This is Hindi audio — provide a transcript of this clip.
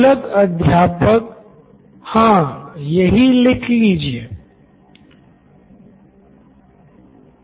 Siddharth Maturi CEO Knoin electronics तो छात्र बेहतर नोट्स लेने वाले छात्र को तलाशते हैं